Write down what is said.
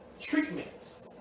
treatments